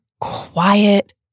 quiet